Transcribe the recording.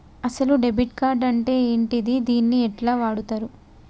అసలు debit card అంటే ఏంటిది? దీన్ని ఎట్ల వాడుతరు?